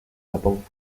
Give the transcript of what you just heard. japón